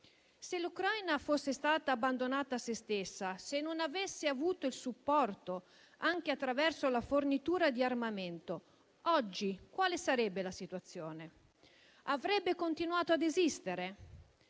Se l'Ucraina fosse stata abbandonata a sé stessa e se non avesse avuto supporto, anche attraverso la fornitura di armamento, oggi quale sarebbe la situazione? Avrebbe continuato ad esistere?